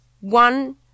one